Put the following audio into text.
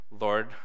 Lord